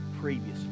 previously